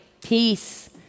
peace